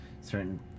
certain